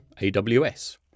AWS